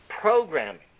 programming